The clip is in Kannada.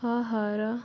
ಆಹಾರ